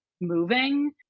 moving